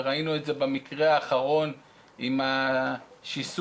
וראינו את זה במקרה האחרון עם השיסוי